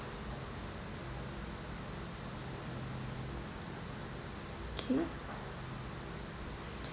okay